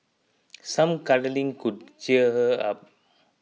some cuddling could cheer her up